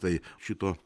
tai šito